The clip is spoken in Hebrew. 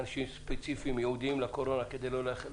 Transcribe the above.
בוקר טוב לכולם.